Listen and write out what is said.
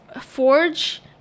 forge